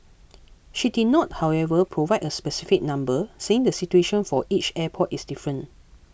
she did not however provide a specific number saying the situation for each airport is different